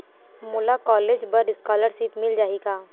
मोला कॉलेज बर स्कालर्शिप मिल जाही का?